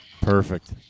Perfect